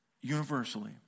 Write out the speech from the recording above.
universally